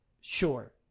sure